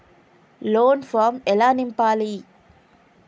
Loan form ఎలా నింపాలి?